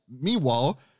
Meanwhile